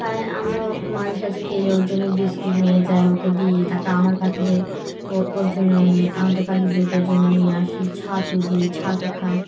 তাই আমরা মাঝে সাঝে গেলে ওর জন্য বিস্কুট নিয়ে যাই ওকে দিই তারপর আমার পাখিদের ও ওর জন্য নিয়ে আমাদের পাখির দুটোর জন্য নিয়ে আসি ছাতু দিই ছাতু খাই